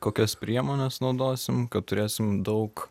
kokias priemones naudosime kad turėsim daug